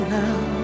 now